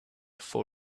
for